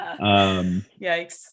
Yikes